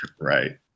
Right